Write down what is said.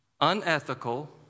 unethical